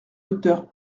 docteur